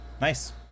Nice